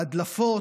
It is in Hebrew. שההדלפות,